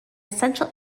essential